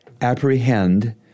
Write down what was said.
Apprehend